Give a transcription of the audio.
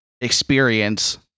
experience